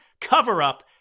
cover-up